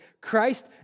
Christ